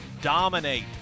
dominate